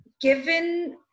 given